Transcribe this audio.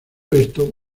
esto